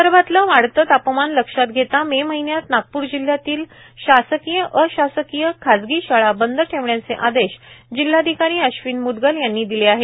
विदर्भातलं वाढतं तापमान लक्षात घेता मे महिन्यात नागपूर जिल्ह्यातील शासकीय अशासकीय खाजगी शाळा बंद ठेवण्याचे आदेश जिल्हाधिकारी अश्विन मुद्गल यांनी दिले आहेत